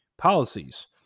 policies